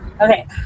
Okay